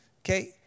Okay